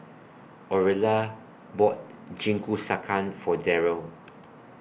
Aurilla bought Jingisukan For Darryl